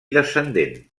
descendent